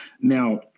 Now